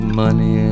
money